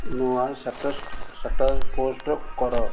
ନୂଆ status post କର